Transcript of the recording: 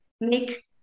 make